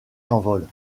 s’envolent